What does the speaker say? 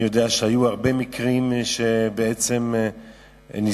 אני יודע שהיו הרבה מקרים שאנשים ניזוקו.